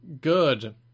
Good